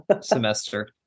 semester